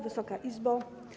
Wysoka Izbo!